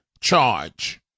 charge